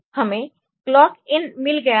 हमें clock in मिल गया है